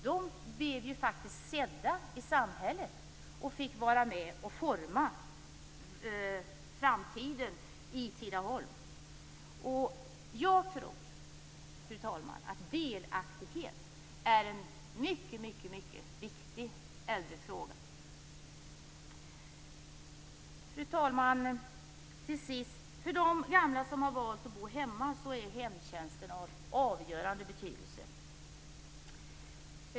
De blev faktiskt sedda i samhället och fick vara med om att forma framtiden i Fru talman! Jag tror att delaktighet är en mycket viktig äldrefråga. Fru talman! Till sist: För de gamla som har valt att bo hemma är hemtjänsten av avgörande betydelse.